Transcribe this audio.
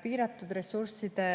Piiratud ressursside